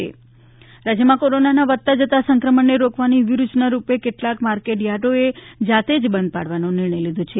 market yard બંધ રાજ્યમાં કોરોનાના વધતા જતા સંક્રમણને રોકવાની વ્યુહરચના રૂપે કેટલાક માર્કેટયાર્ડોએ જાતે જ બંધ પાળવાનો નિર્ણય લીધો છે